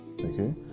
okay